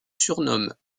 surnomme